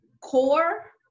core